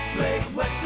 Blake